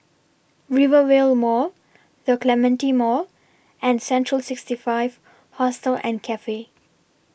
Rivervale Mall The Clementi Mall and Central sixty five Hostel and Cafe